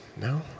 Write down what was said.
No